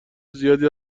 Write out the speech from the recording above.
زیادی